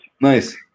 Nice